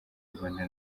rwanda